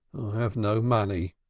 have no money,